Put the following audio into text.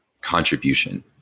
contribution